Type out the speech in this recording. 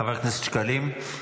חבר הכנסת שקלים,